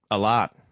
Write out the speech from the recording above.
lot,